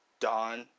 Dawn